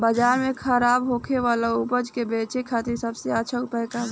बाजार में खराब होखे वाला उपज के बेचे खातिर सबसे अच्छा उपाय का बा?